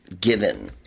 given